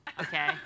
okay